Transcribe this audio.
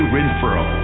Renfro